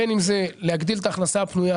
בין אם זה להגדיל את ההכנסה הפנויה